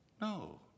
No